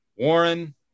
Warren